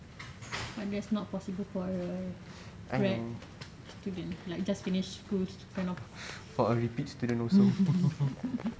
but that's not possible for a graduate student like just finish schools kind of